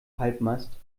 halbmast